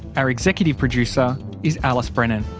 our executive producer is alice brennan.